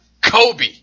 Kobe